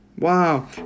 Wow